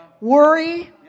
worry